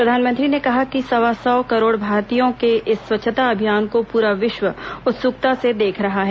प्रधानमंत्री ने कहा कि सवा सौ करोड़ भारतीयों के इस स्वच्छता अभियान को पूरा विश्व उत्सुकता से देश रहा है